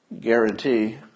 guarantee